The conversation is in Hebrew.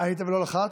היית ולא לחצת,